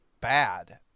bad